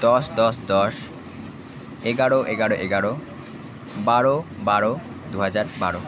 দশ দশ দশ এগারো এগারো এগারো বারো বারো দুহাজার বারো